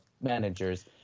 managers